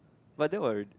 but that will